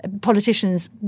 politicians